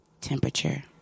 Temperature